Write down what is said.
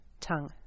Tongue